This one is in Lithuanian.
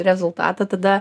rezultatą tada